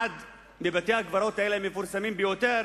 אחד מבתי-הקברות המפורסמים ביותר